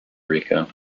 rico